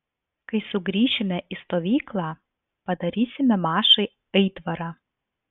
kai sugrįšime į stovyklą padarysime mašai aitvarą